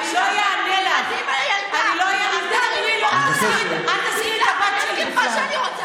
מנוולת, זה מה שאת.